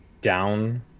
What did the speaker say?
down